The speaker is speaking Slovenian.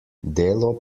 delo